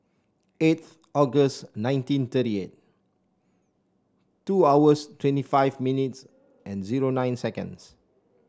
eighth August nineteen thirty eight two hours twenty five minutes and zero nine seconds